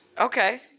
Okay